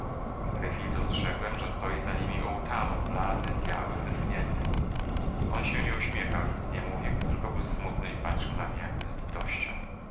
w tej chwili dostrzegłem że stoi za nimi otamor blady biały wyschnięty on się nie uśmiechał i nic nic mówił tylko był smutny i patrzył na mnie jakby